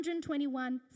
121